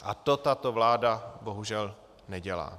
A to tato vláda bohužel nedělá.